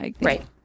Right